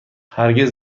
هرگز